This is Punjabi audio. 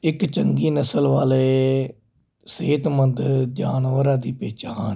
ਇਕ ਚੰਗੀ ਨਸਲ ਵਾਲੇ ਸਿਹਤਮੰਦ ਜਾਨਵਰਾਂ ਦੀ ਪਹਿਚਾਨ